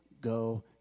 Go